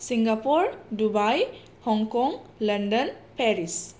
Singapore Dubai Hong Kong London Paris